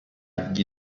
gli